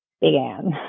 began